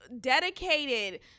dedicated